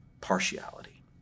partiality